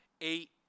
eight